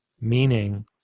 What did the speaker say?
Meaning